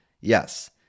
Yes